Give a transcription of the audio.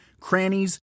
crannies